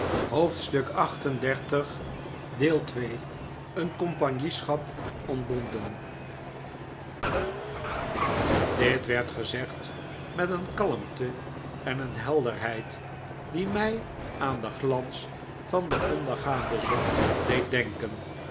dit werd gezegd met een kalmte en een helderheid die mij aan den glans van de ondergaande zon deed denken